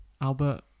albert